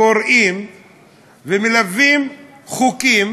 קוראים ומלווים חוקים,